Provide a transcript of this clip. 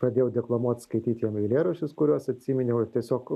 pradėjau deklamuot skaityt jam eilėraščius kuriuos atsiminiau tiesiog